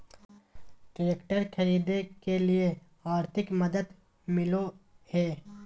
Tractor खरीदे के लिए आर्थिक मदद मिलो है?